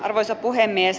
arvoisa puhemies